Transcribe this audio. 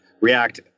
React